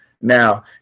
Now